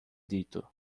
dito